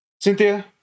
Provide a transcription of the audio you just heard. Cynthia